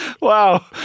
Wow